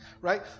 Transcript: right